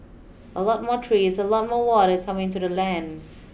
a lot more trees a lot more water coming into the land